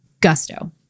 Gusto